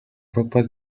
ropas